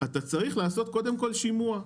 אתה צריך לעשות קודם כול שימוע.